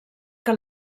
que